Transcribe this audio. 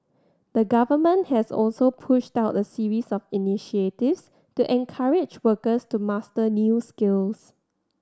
the Government has also pushed out a series of initiatives to encourage workers to master new skills